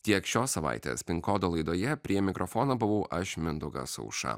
tiek šios savaitės pin kodo laidoje prie mikrofono buvau aš mindaugas auša